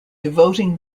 devoting